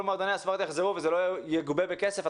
מועדוני הספורט יחזרו וזה לא יגובה בכסף,